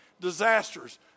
disasters